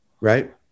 right